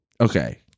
Okay